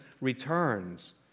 returns